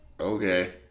Okay